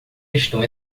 estão